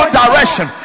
direction